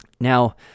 now